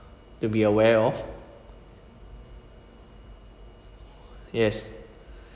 to be aware of yes